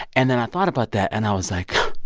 and then i thought about that. and i was like,